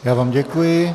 Já vám děkuji.